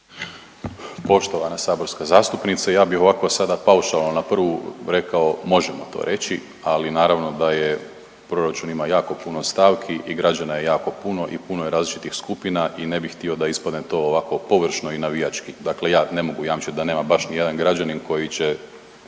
Poštovana saborska zastupnice, ja bi ovako sada paušalno na prvu rekao, možemo to reći, ali naravno da je, proračun ima puno stavki i građana je jako puno i puno je različitih skupina i ne bih htio da ispadne to ovako površno i navijački. Dakle ja ne mogu jamčiti da nema baš nijedan građanin koji će